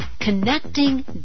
Connecting